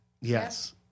Yes